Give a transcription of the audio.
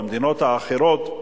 במדינות האחרות,